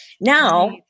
Now